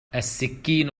السكين